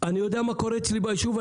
אני יודע מה קורה אצלי ביישוב שלי,